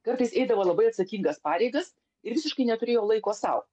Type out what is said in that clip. kartais eidavo labai atsakingas pareigas ir visiškai neturėjo laiko sau